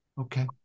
Okay